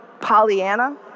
Pollyanna